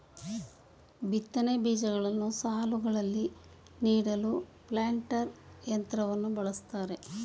ಬಿತ್ತನೆ ಬೀಜಗಳನ್ನು ಸಾಲುಗಳಲ್ಲಿ ನೀಡಲು ಪ್ಲಾಂಟರ್ ಯಂತ್ರವನ್ನು ಬಳ್ಸತ್ತರೆ